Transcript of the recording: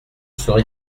serez